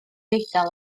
eidal